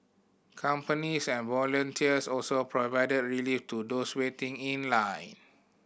companies and volunteers also provided relief to those waiting in line